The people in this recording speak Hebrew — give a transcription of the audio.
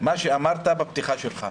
מה שאמרת בפתיחה שלך.